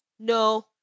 No